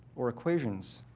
or equations,